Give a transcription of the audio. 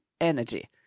energy